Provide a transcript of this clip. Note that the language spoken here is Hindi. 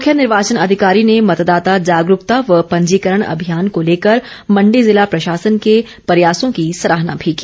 मुख्य निर्वाचन अधिकारी ने मतदाता जागरूकता व पंजीकरण अभियान को लेकर मण्डी ज़िला प्रशासन के प्रयासों की सराहना भी की